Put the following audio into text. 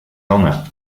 honor